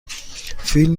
فیلم